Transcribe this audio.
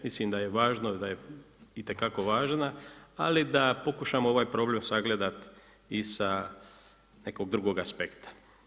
Mislim da je važno da je itekako važna, ali da pokušamo ovaj problem sagledati i sa nekog drugog aspekta.